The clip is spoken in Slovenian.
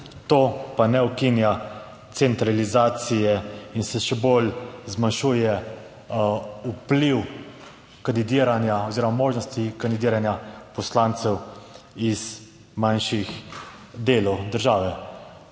to pa ne ukinja centralizacije in se še bolj zmanjšuje vpliv kandidiranja oziroma možnosti kandidiranja poslancev iz manjših delov države.